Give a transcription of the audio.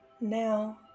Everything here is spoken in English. now